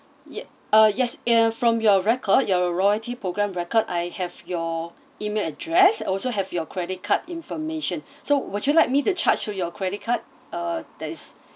yup uh yes eh from your record your royalty program record I have your email address also have your credit card information so would you like me to charge to your credit card uh that is